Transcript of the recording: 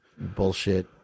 bullshit